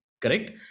correct